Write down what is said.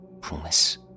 Promise